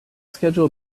schedule